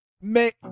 Mais